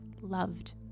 loved